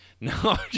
No